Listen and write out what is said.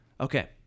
Okay